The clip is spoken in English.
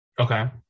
Okay